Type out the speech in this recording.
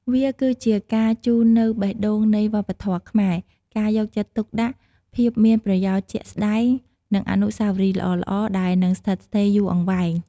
វាគឺជាការជូននូវបេះដូងនៃវប្បធម៌ខ្មែរ ការយកចិត្តទុកដាក់ ភាពមានប្រយោជន៍ជាក់ស្តែង និងអនុស្សាវរីយ៍ល្អៗដែលនឹងស្ថិតស្ថេរយូរអង្វែង។